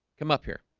come up here.